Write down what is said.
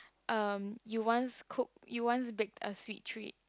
um you once cooked you once baked a sweet treat